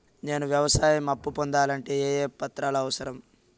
నేను వ్యవసాయం అప్పు పొందాలంటే ఏ ఏ పత్రాలు అవసరం?